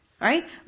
Right